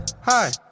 Hi